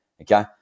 okay